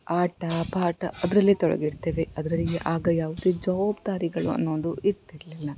ಆಟ ಪಾಠ ಅದರಲ್ಲೇ ತೊಡಗಿರ್ತೇವೆ ಅದರಲ್ಲಿ ಆಗ ಯಾವುದೇ ಜವಾಬ್ದಾರಿಗಳು ಅನ್ನೋದು ಇರ್ತಿರ್ಲಿಲ್ಲ